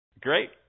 Great